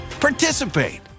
participate